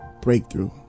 breakthrough